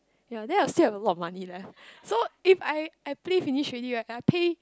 ya then I'll still have a lot of money left so if I I play finish already right and I pay